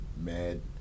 mad